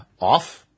off